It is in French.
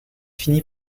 finit